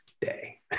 day